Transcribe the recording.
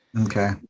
okay